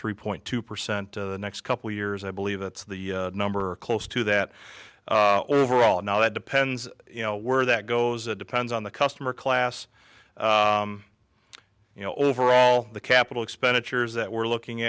three point two percent the next couple years i believe that's the number or close to that overall now that depends you know where that goes it depends on the customer class you know overall the capital expenditures that we're looking